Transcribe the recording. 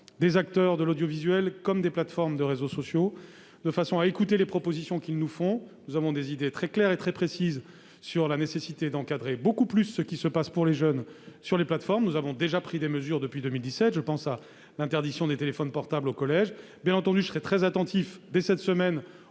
des acteurs de l'audiovisuel comme des plateformes de réseaux sociaux, de façon à écouter les propositions qu'ils nous font. Nous avons des idées très claires et très précises sur la nécessité d'encadrer beaucoup plus ce qui se passe pour les jeunes sur les plateformes. Nous avons déjà pris des mesures depuis 2017. Je pense à l'interdiction des téléphones portables au collège. Bien entendu, je serai très attentif, dès cette semaine,